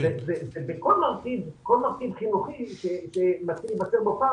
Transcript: כל מרכיב חינוכי שמתחיל להיווצר בו פער